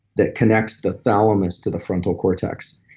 that connects the thalamus to the frontal cortex,